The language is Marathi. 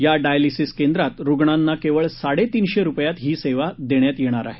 या डायलिसीस केंद्रात रुग्णांना केवळ साडेतीनशे रुपयात ही सेवा देण्यात येणार आहे